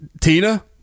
Tina